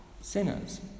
sinners